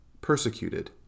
persecuted